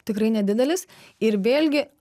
tikrai nedidelis ir vėlgi